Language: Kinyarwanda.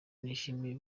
nishimiye